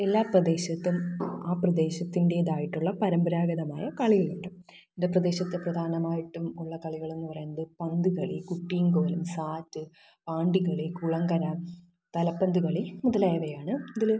എല്ലാ പ്രദേശത്തും ആ പ്രദേശത്തിന്റേതായിട്ടുള്ള പരമ്പരാഗതമായ കളികളുണ്ട് എൻ്റെ പ്രദേശത്ത് പ്രധാനമായിട്ടും ഉള്ള കളികളെന്ന് പറയുന്നത് പന്ത് കളി കുട്ടിയും കോലും സാറ്റ് പാണ്ടിക്കളി കുളംകര തലപ്പന്ത് കളി മുതലായവയാണ് അതിൽ